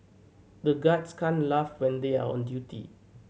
the guards can't laugh when they are on duty